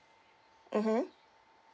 mmhmm